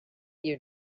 you